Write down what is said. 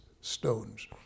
stones